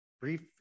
brief